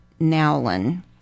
Nowlin